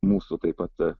mūsų tai pat